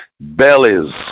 bellies